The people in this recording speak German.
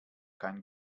kein